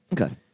Okay